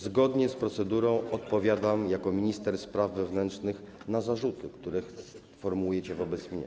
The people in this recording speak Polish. Zgodnie z procedurą odpowiadam jako minister spraw wewnętrznych na zarzuty, które formułujecie wobec mnie.